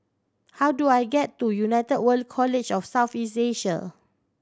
how do I get to United World College of South East Asia